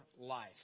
life